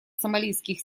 сомалийских